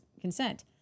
consent